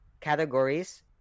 categories